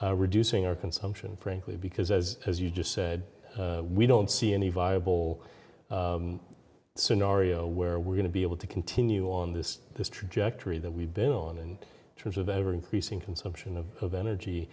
reducing our consumption frankly because as as you just said we don't see any viable scenario where we're going to be able to continue on this this trajectory that we've been on in terms of ever increasing consumption of energy